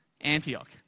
Antioch